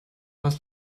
was